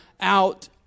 out